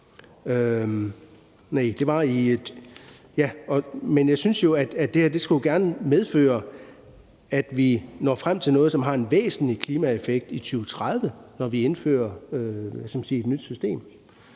jeg synes jo, at det gerne skulle medføre, at vi når frem til noget, som har en væsentlig klimaeffekt i 2030, når vi indfører et nyt system.